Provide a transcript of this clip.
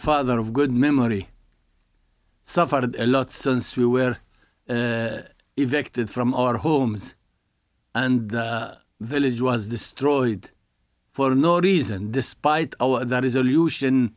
father of good memory suffered a lot since we were evicted from our homes and the village was destroyed for no reason despite our that is illusion